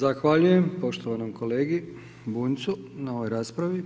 Zahvaljujem poštovanom kolegi Bunjcu na ovoj raspravi.